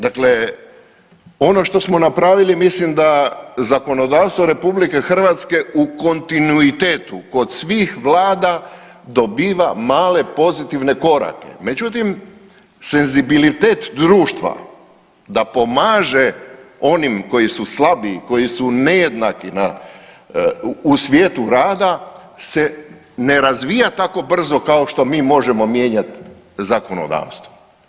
Dakle, ono što smo napravili mislim da zakonodavstvo RH u kontinuitetu kod svih vlada dobiva male pozitivne pomake, međutim senzibilitet društva da pomaže onim koji su slabiji, koji su nejednaki u svijetu rada se ne razvija tako brzo kao što mi možemo mijenjat zakonodavstvo.